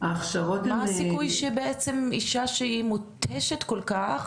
מה הסיכוי שבעצם אישה שהיא מותשת כל כך,